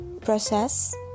process